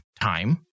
time